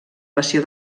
passió